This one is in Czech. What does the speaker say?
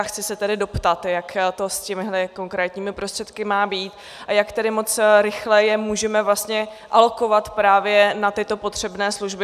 Chci se tedy doptat, jak to s těmito konkrétními prostředky má být a jak tedy moc rychle je můžeme vlastně alokovat právě na tyto potřebné služby.